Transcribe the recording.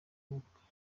ubukwe